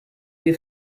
wir